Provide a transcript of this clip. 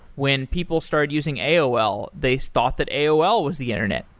when people started using aol, they thought that aol was the internet.